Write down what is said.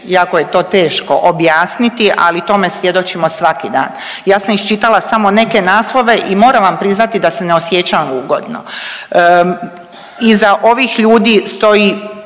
jako je to teško objasniti, ali tome svjedočimo svaki dan. Ja sam iščitala samo neke naslove i moram vam priznati da se ne osjećam ugodno. Iza ovih ljudi stoji